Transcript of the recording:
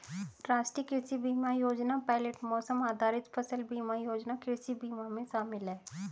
राष्ट्रीय कृषि बीमा योजना पायलट मौसम आधारित फसल बीमा योजना कृषि बीमा में शामिल है